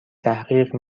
تحقیق